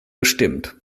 gestimmt